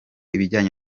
ibijyanye